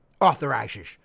authorizes